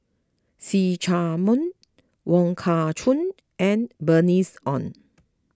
See Chak Mun Wong Kah Chun and Bernice Ong